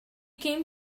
came